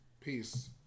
Peace